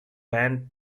band